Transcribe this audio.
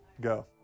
go